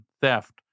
theft